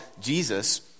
Jesus